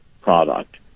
product